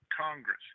Congress